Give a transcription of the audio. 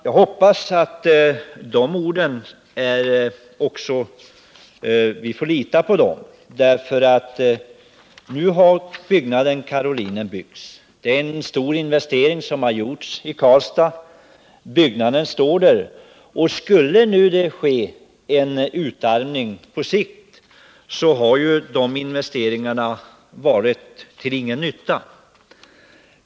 Jag hoppas att vi kan lita på de orden. Karolinen har ju byggts, och det är en stor investering som gjorts i Karlstad. Skulle det nu ske en utarmning på sikt, har ju de investeringarna varit till ingen nytta.